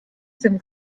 sim